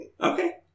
Okay